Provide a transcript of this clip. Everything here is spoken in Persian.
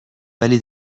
ولی